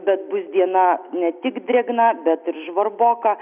bet bus diena ne tik drėgna bet ir žvarboka